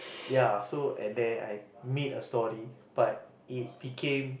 ya so and then I made a story and then it became